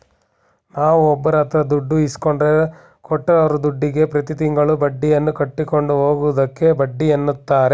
ನಾವುಒಬ್ಬರಹತ್ರದುಡ್ಡು ಇಸ್ಕೊಂಡ್ರೆ ಕೊಟ್ಟಿರೂದುಡ್ಡುಗೆ ಪ್ರತಿತಿಂಗಳು ಬಡ್ಡಿಯನ್ನುಕಟ್ಟಿಕೊಂಡು ಹೋಗುವುದಕ್ಕೆ ಬಡ್ಡಿಎನ್ನುತಾರೆ